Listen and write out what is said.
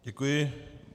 Děkuji.